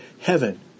heaven